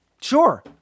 Sure